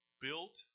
built